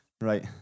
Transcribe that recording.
Right